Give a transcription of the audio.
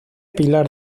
pilar